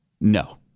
No